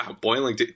boiling